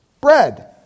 bread